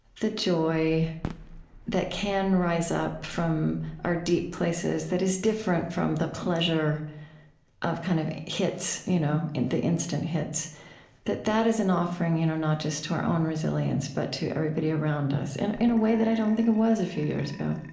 the joy that can rise up from our deep places that is different from the pleasure of kind of you know the instant hits that that is an offering, you know not just to our own resilience, but to everybody around us, and in a way that i don't think it was a few years ago